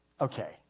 okay